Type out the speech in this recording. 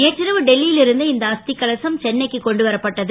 நேற்றிரவு டெல்லி ல் இருந்து இந்த அஸ் கலசம் சென்னைக்கு கொண்டு வரப்பட்டது